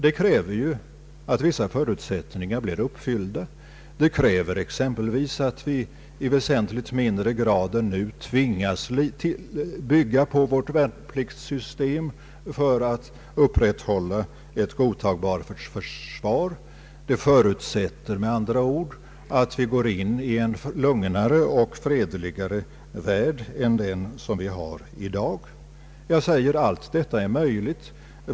Det kräver dock att vissa förutsättningar blir uppfyllda. Det kräver exempelvis att vi i väsentligt mindre grad än nu tvingas bygga på vårt värnpliktssystem för att upprätthålla ett godtagbart försvar. Det förutsätter med andra ord att vi går in i en lugnare och fredligare värld än den som vi i dag lever i. Jag säger att allt detta är möjligt.